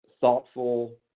thoughtful